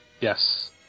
Yes